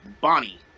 Bonnie